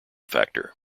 factor